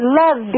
love